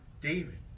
david